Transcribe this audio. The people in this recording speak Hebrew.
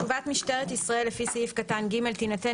תשובת משטרת ישראל לפי סעיף קטן (ג) תינתן